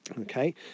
Okay